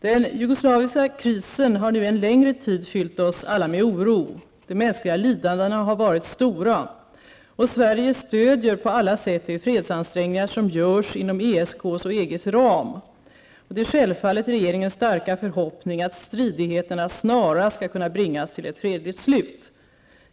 Den jugoslaviska krisen har nu en längre tid fyllt oss alla med oro. De mänskliga lidandena har varit stora. Sverige stödjer på alla sätt de fredsansträngningar som görs inom ESKs och EGs ram. Det är självfallet regeringens starka förhoppning att stridigheterna snarast skall kunna bringas till ett fredligt slut.